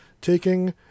taking